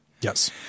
yes